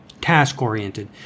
Task-oriented